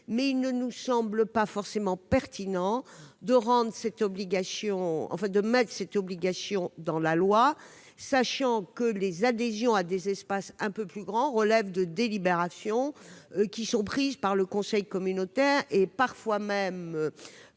mais il ne nous semble pas forcément pertinent de rendre cette démarche obligatoire par la loi, sachant que les adhésions à des espaces plus vastes relèvent de délibérations prises par le conseil communautaire, et parfois même